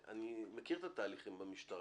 הרי אני מכיר את התהליכים במשטרה,